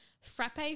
frappe